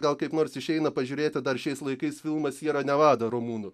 gal kaip nors išeina pažiūrėti dar šiais laikais filmą siera nevadą rumunų